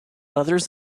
others